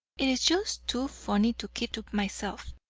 it is just too funny to keep to myself.